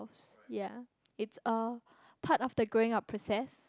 yea it's a part of the growing up process